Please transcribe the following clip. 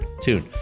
tune